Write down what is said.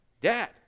Dad